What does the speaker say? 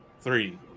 three